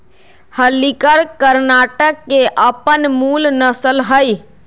हल्लीकर कर्णाटक के अप्पन मूल नसल हइ